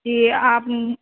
جی آپ